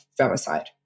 femicide